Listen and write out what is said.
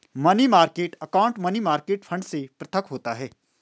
money market account money market fund से पृथक होता है